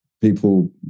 people